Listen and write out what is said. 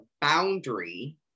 boundary